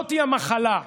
זאת המחלה,